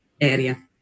area